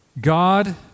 God